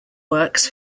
works